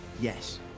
Yes